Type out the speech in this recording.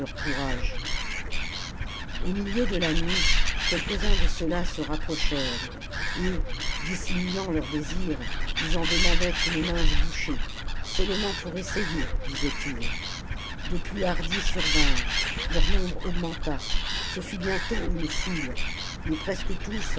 courage au milieu de la nuit quelques-uns de ceux-là se rapprochèrent et dissimulant leur désir ils en demandaient une mince bouchée seulement pour essayer disaient-ils de plus hardis survinrent leur nombre augmenta ce fut bientôt une foule mais presque tous